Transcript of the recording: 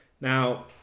Now